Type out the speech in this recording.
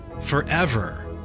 forever